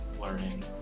learning